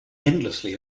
endlessly